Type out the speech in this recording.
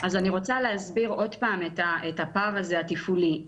אני רוצה להסביר עוד פעם את הפער התפעולי הזה.